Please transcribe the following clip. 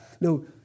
no